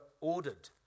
ordered